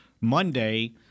Monday